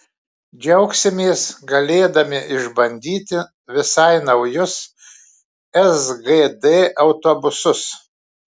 džiaugsimės galėdami išbandyti visai naujus sgd autobusus